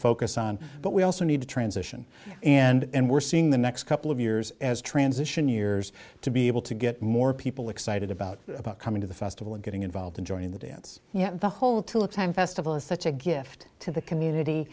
focus on but we also need to transition and we're seeing the next couple of years as transition years to be able to get more people excited about coming to the festival and getting involved in joining the dance yet the whole tillich time festival is such a gift to the community